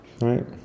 Right